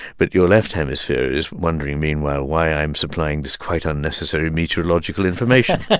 but your left hemisphere is wondering, meanwhile, why i'm supplying this quite unnecessary meteorological information.